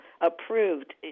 approved